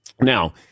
Now